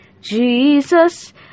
Jesus